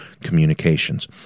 communications